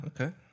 okay